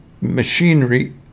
machinery